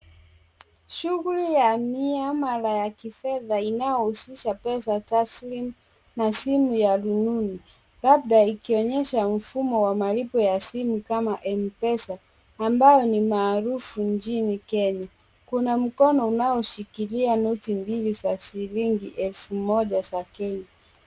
Shughli ya miamala ya kifedha inayohuzisha pesa taslim na simu ya rununu ,labda ikionyesha mfumo wa malipo ya simu kama Mpesa, ambayo ni maarufu nchini Kenya kuna mkono unaoshikilia noti mbili za shilingi elfu Moja za Kenya .